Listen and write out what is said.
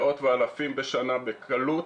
מאות ואלפים בשנה בקלות